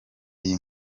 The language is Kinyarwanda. iyi